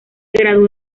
graduó